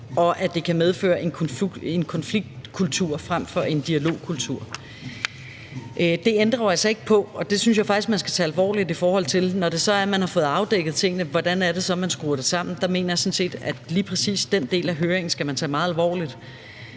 og at det ville kunne medføre en konfliktkultur frem for en dialogkultur. Det ændrer jo altså ikke på – og det synes jeg faktisk at man skal tage alvorligt – at der, når man har fået afdækket tingene, er et spørgsmål om, hvordan man skruer det sammen. Jeg mener sådan set, at lige præcis den del af høringen skal man tage meget alvorligt.